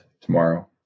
tomorrow